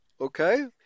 Okay